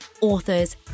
authors